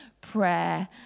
prayer